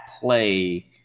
play